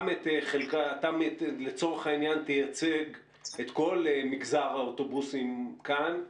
אתה לצורך העניין תייצג את כל מגזר האוטובוס כאן,